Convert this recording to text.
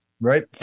Right